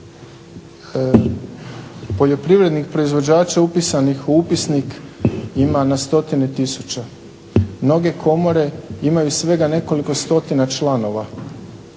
Poljoprivrednih proizvođača upisanih u upisnik ima na stotine tisuća. Mnoge komore imaju svega nekoliko stotina članova.